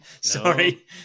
Sorry